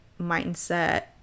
mindset